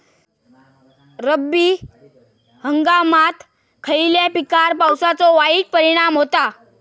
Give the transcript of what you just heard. रब्बी हंगामात खयल्या पिकार पावसाचो वाईट परिणाम होता?